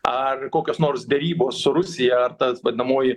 ar kokios nors derybos su rusija ar ta vadinamoji